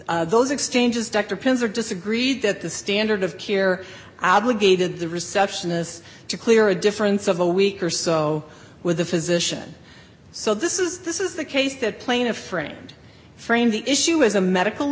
in those exchanges dr pins or disagreed that the standard of care obligated the receptionists to clear a difference of a week or so with a physician so this is this is the case that plaintiff framed framed the issue as a medical